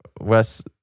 Wes